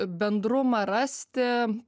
bendrumą rasti